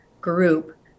group